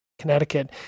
Connecticut